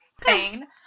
pain